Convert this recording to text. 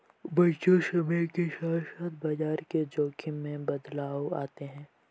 बच्चों समय के साथ साथ बाजार के जोख़िम में बदलाव आते हैं